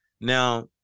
Now